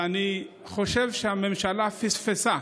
ואני חושב שהממשלה פספסה,